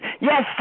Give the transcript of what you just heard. Yes